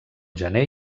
gener